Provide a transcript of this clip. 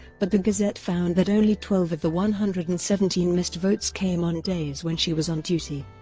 but the gazette found that only twelve of the one hundred and seventeen missed votes came on days when she was on duty.